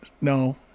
no